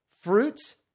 fruits